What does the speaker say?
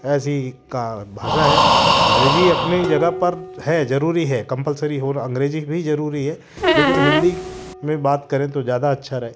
ऐसी का भाषा है अंग्रजी अपनी जगह पर है जरूरी है कम्पलसरी हो रहा अंग्रेजी भी जरूरी है लेकिन हिंदी में बात करें तो ज़्यादा अच्छा रहे